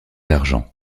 d’argent